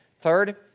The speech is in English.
Third